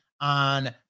on